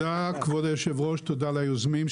תודה כבוד היושב ראש ותודה ליוזמים.